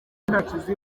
ati